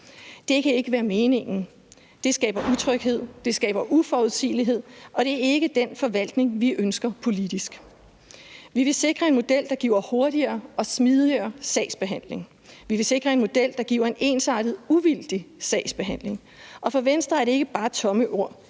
Det kan ikke være meningen. Det skaber utryghed. Det skaber uforudsigelighed, og det er ikke den forvaltning, vi ønsker politisk. Vi vil sikre en model, der giver hurtigere og smidigere sagsbehandling. Vi vil sikre en model, der giver en ensartet, uvildig sagsbehandling, og for Venstre er det ikke bare tomme ord.